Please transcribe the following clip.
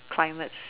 climates